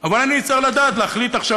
אבל אני אצטרך לדעת להחליט עכשיו,